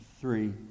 Three